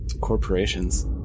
corporations